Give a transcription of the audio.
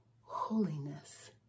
holiness